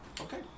Okay